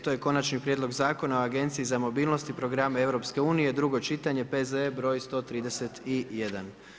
To je - Konačni prijedlog zakona o Agenciji za mobilnost i programe EU, drugo čitanje, P.Z.E. br. 131.